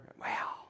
Wow